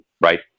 right